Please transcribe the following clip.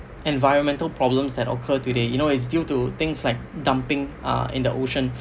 environmental problems that occur today you know it's due to things like dumping uh in the ocean